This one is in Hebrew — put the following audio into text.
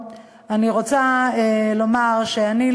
אני רוצה לומר שאני,